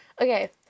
okay